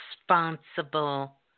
responsible